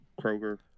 Kroger